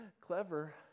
clever